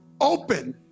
open